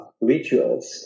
rituals